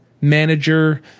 manager